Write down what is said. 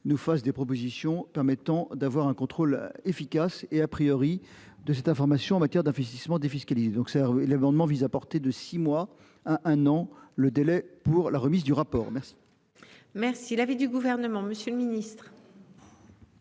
nous fasse des propositions permettant d'avoir un contrôle efficace et a priori de cette information, en matière d'investissements défiscalisés d'Auxerre. L'amendement vise à porter de 6 mois à un an le délai pour la remise du rapport. Merci. Merci l'avis du gouvernement, monsieur le ministre.